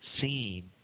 seen